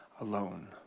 alone